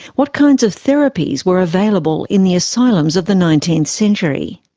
what kinds of therapies were available in the asylums of the nineteenth century?